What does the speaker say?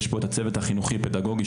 יש פה צוות חינוכי פדגוגי,